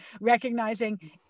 recognizing